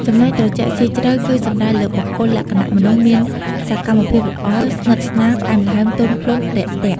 ចំណែកត្រជាក់ស៊ីជ្រៅគឺសំដៅលើបុគ្គលលក្ខណៈមនុស្សមានសកម្មភាពល្អ ស្និទ្ធិស្នាលផ្អែមល្អែមទន់ភ្លន់រាក់ទាក់។